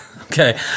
Okay